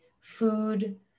food